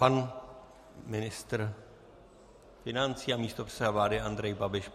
Pan ministr financí a místopředseda vlády Andrej Babiš.